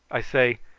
i say,